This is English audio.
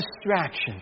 distraction